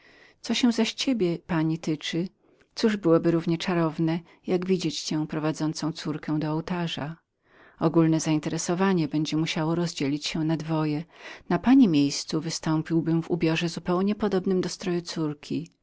co się zaś ciebie pani tyczy cóż byłoby równie czarownem jak widzieć cię prowadzącą córkę do ołtarza zajęcie powszechne będzie musiało rozdzielić się na dwoje na pani miejscu wystąpiłbym w ubiorze zupełnie podobnym do stroju jej córki